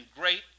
great